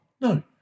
No